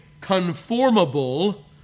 conformable